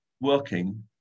working